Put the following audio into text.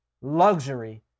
luxury